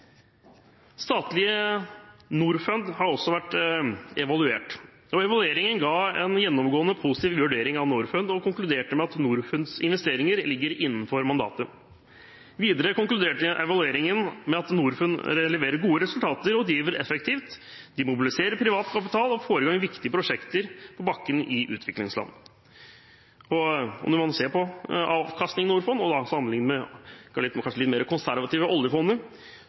Statlige Norfund har også vært evaluert. Evalueringen ga en gjennomgående positiv vurdering av Norfund og konkluderte med at Norfunds investeringer ligger innenfor mandatet. Videre konkluderte evalueringen med at Norfund leverer gode resultater og driver effektivt, de mobiliserer privat kapital og får i gang viktige prosjekter på bakken i utviklingsland. Når man ser på avkastningen i Norfund og sammenligner med det kanskje litt mer konservative oljefondet,